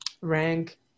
rank